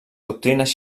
doctrines